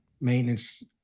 maintenance